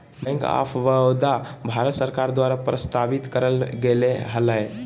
bank of Baroda, Bharat सरकार द्वारा प्रस्तावित करल गेले हलय